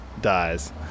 dies